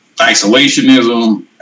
isolationism